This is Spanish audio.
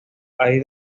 hay